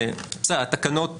בסדר התקנות שוב,